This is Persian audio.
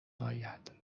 اید